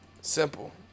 Simple